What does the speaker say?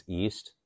east